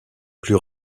plus